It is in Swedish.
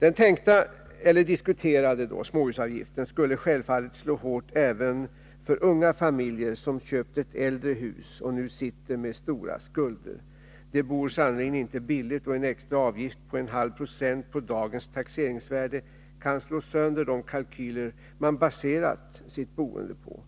Den diskuterade småhusavgiften skulle självfallet slå hårt även mot unga familjer som köpt ett äldre hus och nu sitter med stora skulder. De bor sannerligen inte billigt, och en extra avgift på 0,5 90 på dagens taxeringsvärde kansslå sönder de kalkyler de baserat sitt boende på.